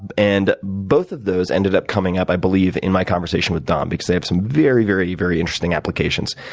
and and both of those ended up coming up, i believe, in my conversation with dom because they have some very, very, very interesting applications.